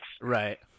Right